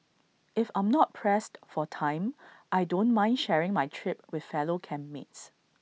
if I'm not pressed for time I don't mind sharing my trip with fellow camp mates